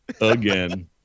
Again